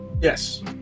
yes